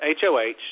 HOH